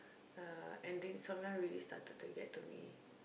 and the insomnia really started to get to me